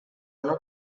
una